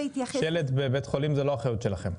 שלט בבית חולים הוא לא באחריות שלכם?